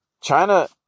China